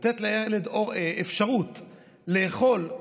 לתת לילד אפשרות לאכול,